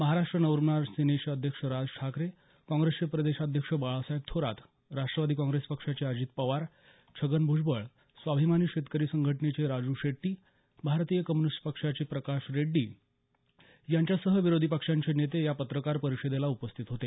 महाराष्ट नवनिर्माण सेनेचे अध्यक्ष राज ठाकरे काँग्रेसचे प्रदेशाध्यक्ष बाळासाहेब थोरात राष्ट्रवादी काँग्रेस पक्षाचे अजित पवार छगन भूजबळ स्वाभिमानी शेतकरी संघटनेचे राजू शेट्टी भारतीय कम्यूनिस्ट पक्षाचे प्रकाश रेड्डी यांच्यासह विरोधी पक्षांचे नेते या पत्रकार परिषदेला उपस्थित होते